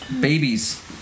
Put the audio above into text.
Babies